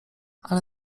ale